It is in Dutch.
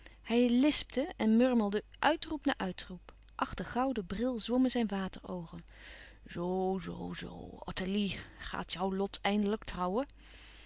hij lispte en murmelde uitroep na uitroep achter gouden bril zwommen zijn water oogen zoo zoo zoo ottilie gaat jou lot eindelijk trouwen